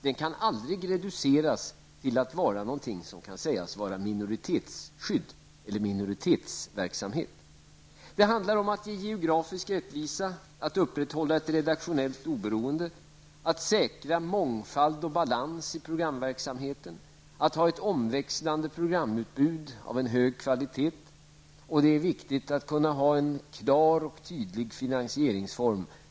Den kan aldrig reduceras till att vara minoritetsverksamhet och minoritetsskydd. Det handlar om att ge geografisk rättvisa, upprätthålla ett redaktionellt oberoende, säkra mångfald och balans i programverksamheten och ha ett omväxlande programutbud av hög kvalitet. Det är också viktigt att kunna ha en klar och tydlig finansieringsform.